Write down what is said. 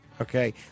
Okay